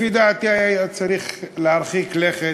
לפי דעתי היה צריך להרחיק לכת,